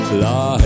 la